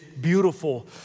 beautiful